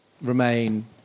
Remain